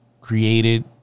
created